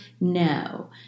No